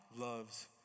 loves